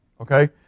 Okay